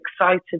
excited